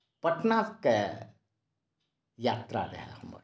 पटनाके यात्रा रहय हमर